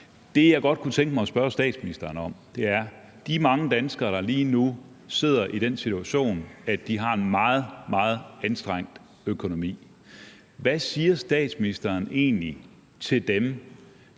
Det, jeg godt kunne tænke mig at spørge statsministeren om, er i forhold til de mange danskere, der lige nu sidder i den situation, at de har en meget, meget anstrengt økonomi. Hvad siger statsministeren egentlig til dem,